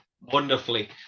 wonderfully